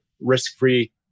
risk-free